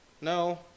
No